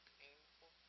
painful